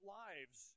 lives